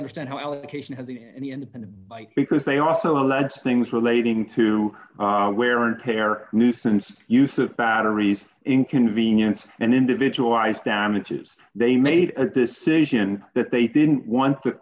understand how allocation has the any independent like because they also allege things relating to wear and tear nuisance use of batteries inconvenience and individualized damages they made a decision that they didn't want t